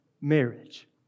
marriage